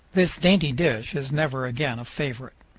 this dainty dish is never again a favorite.